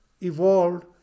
evolved